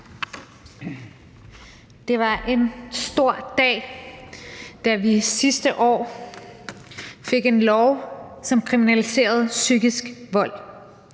Det var en stor dag, da vi sidste år fik en lov, som kriminaliserede psykisk vold.